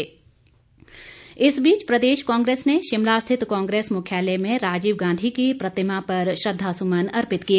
श्रद्वांजलि इस बीच प्रदेश कांग्रेस ने शिमला स्थित कांग्रेस मुख्यालय में राजीव गांधी की प्रतिमा पर श्रद्धा सुमन अर्पित किए